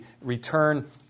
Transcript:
return